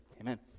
Amen